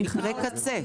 מקרי קצה.